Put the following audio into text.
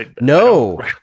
No